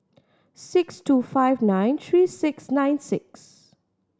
six two five nine three six nine six